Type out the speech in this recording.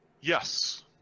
yes